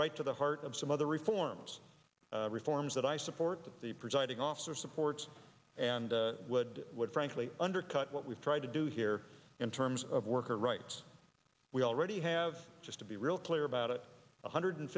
right to the heart of some other reforms reforms that i support that the presiding officer supports and would would frankly undercut what we've tried to do here in terms of worker rights we already have just to be real clear about it one hundred